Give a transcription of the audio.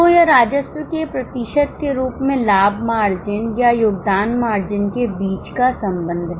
तो यह राजस्व के प्रतिशत के रूप में लाभ मार्जिन या योगदान मार्जिन के बीच का संबंध है